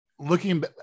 Looking